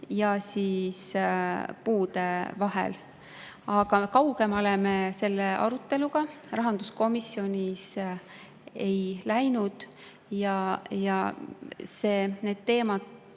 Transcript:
ja puude vahel. Aga kaugemale me selle aruteluga rahanduskomisjonis ei läinud. Need teemad